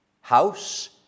house